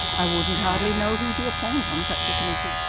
i wouldn't hardly know who to appoint on such a committee.